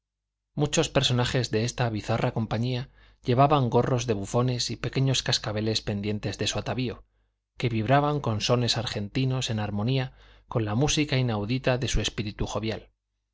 muchos personajes de esta bizarra compañía llevaban gorros de bufones y pequeños cascabeles pendientes de su atavío que vibraban con sones argentinos en armonía con la música inaudita de su espíritu jovial